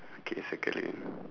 K circle it